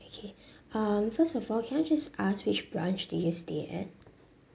okay um first of all can I just ask which branch did you stay at